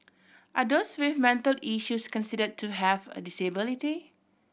are those with mental issues consider to have a disability